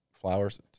flowers